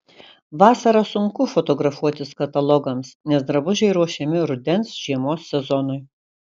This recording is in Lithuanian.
vasarą sunku fotografuotis katalogams nes drabužiai ruošiami rudens žiemos sezonui